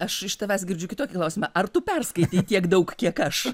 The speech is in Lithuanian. aš iš tavęs girdžiu kitokį klausimą ar tu perskaitei tiek daug kiek aš